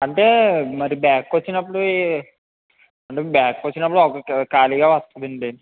అంటే మరీ బ్యాక్ వచ్చినప్పుడు యే అంటే బ్యాక్ వచ్చినప్పుడు ఒక ఖాళీగా వస్తుంది అండి